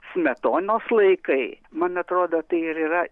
smetonos laikai man atrodo tai ir yra